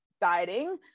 dieting